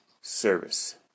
service